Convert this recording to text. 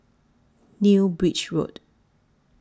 New Bridge Road